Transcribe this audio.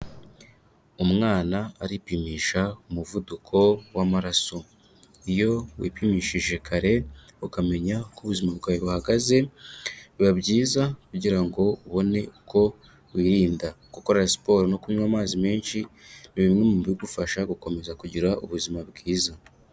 Umwana aripimisha umuvuduko w'amaraso. Iyo wipimishije kare ukamenya uko ubuzima bwawe buhagaze, biba byiza kugira ngo ubone uko wirinda, gukora siporo no kunywa amazi menshi, ni bimwe mu bigufasha gukomeza kugira ubuzima bwiza.